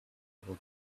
able